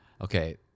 okay